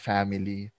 Family